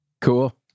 Cool